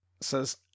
says